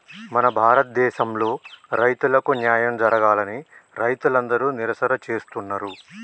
మన భారతదేసంలో రైతులకు న్యాయం జరగాలని రైతులందరు నిరసన చేస్తున్నరు